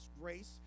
grace